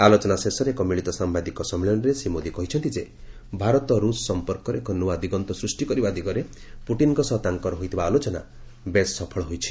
ଆଲୋଚନା ଶେଷରେ ଏକ ମିଳିତ ସମ୍ଭାଦିକ ସମ୍ମିଳନୀରେ ଶ୍ରୀ ମୋଦି କହିଛନ୍ତି ଯେ ଭାରତ ରୁଷ ସଂପର୍କରେ ଏକ ନୂଆ ଦିଗନ୍ତ ସ୍ହିଷ୍ଟି କରିବା ଦିଗରେ ପୁଟିନଙ୍କ ସହ ତାଙ୍କର ହୋଇଥିବା ଆଲୋଚନା ବେଶ୍ ସଫଳ ହୋଇଛି